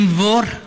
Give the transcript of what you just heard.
לנבור,